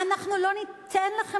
אנחנו לא ניתן לכם,